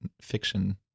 fiction